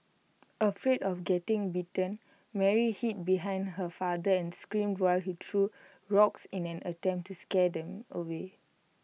afraid of getting bitten Mary hid behind her father and screamed while he threw rocks in an attempt to scare them away